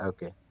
Okay